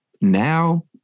now